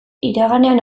iraganean